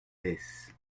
baisse